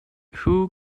who